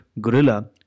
gorilla